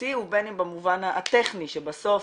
המהותי או בין אם במובן הטכני שבסוף